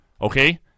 Okay